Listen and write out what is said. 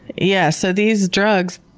yeah. so, these drugs,